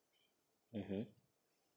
mmhmm